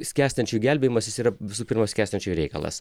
skęstančiųjų gelbėjimas jis yra visų pirma skęstančiųjų reikalas